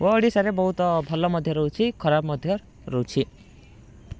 ଓ ଓଡ଼ିଶାରେ ବହୁତ ଭଲ ମଧ୍ୟ ରହୁଛି ଖରାପ ମଧ୍ୟ ରହୁଛି